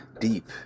Deep